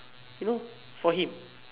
you know for him